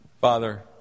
Father